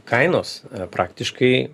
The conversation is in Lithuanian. kainos praktiškai